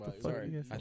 Sorry